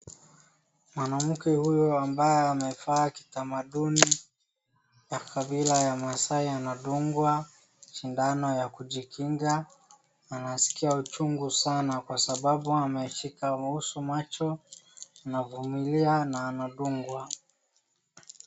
Mwanamke huyu ambaye amevaa kitamaduni ya kabila ya Maasai anadungwa sindano ya kujikinga, anaskia uchungu sana kwasababu anashika uso macho anavumilia na anadungwa.